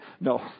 No